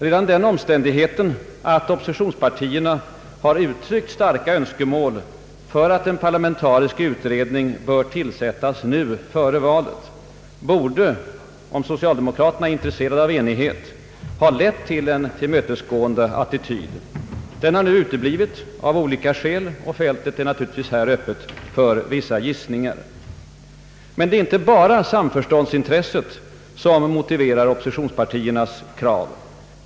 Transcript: Redan den omständigheten att oppositionspartierna har uttryckt starka önskemål om att en parlamentarisk utredning bör tillsättas nu, före valet, borde — om socialdemokraterna är intresserade av enighet — ha lett till en tillmötesgående attityd. Den har uteblivit, och fältet är naturligtvis öppet för gissningar om orsakerna härtill. Det är inte bara samförståndsintresset som motiverar oppositionspartiernas krav.